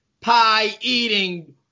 pie-eating